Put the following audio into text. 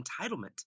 entitlement